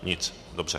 Nic. Dobře.